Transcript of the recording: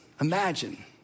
Imagine